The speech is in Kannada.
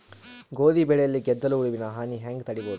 ಗೋಧಿ ಬೆಳೆಯಲ್ಲಿ ಗೆದ್ದಲು ಹುಳುವಿನ ಹಾನಿ ಹೆಂಗ ತಡೆಬಹುದು?